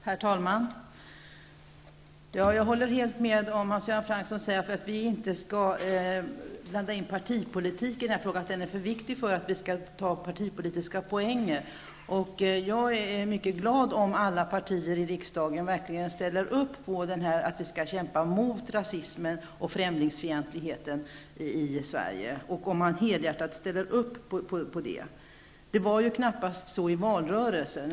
Herr talman! Jag håller helt med Hans Göran Franck om att vi inte skall blanda in partipolitiken i denna fråga, eftersom den är för viktig för att vi skall ta partipolitiska poänger. Jag skulle vara mycket glad om alla partier i riksdagen verkligen helhjärtat ställde upp på att kämpa mot rasismen och främlingsfientligheten i Sverige. Det var knappast på det sättet i valrörelsen.